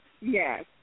Yes